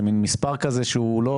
זה מין מספר כזה שהוא לא